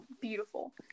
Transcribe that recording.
Beautiful